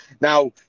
Now